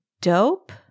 Dope